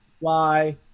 fly